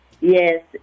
Yes